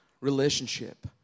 relationship